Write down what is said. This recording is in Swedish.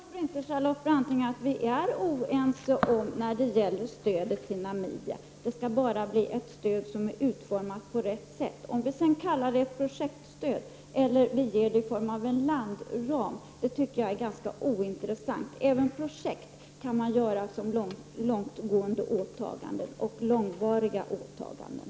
Herr talman! Jag tror inte, Charlotte Branting, att vi är oense om stödet till Namibia. Det skall bara bli ett stöd som är utformat på rätt sätt. Om vi sedan kallar det projektstöd eller ger det i form av landram tycker jag är ganska ointressant. Även projektstöd kan man ge i form av långtgående och långvariga åtaganden.